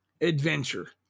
adventure